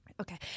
Okay